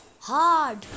hard